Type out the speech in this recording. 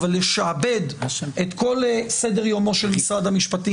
אבל לשעבד את כל סדר יומו של משרד המשפטים